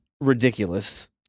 ridiculous